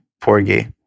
Porgy